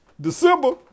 December